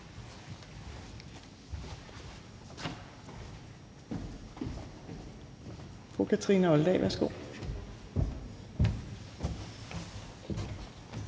Fru Kathrine Olldag, værsgo.